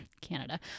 Canada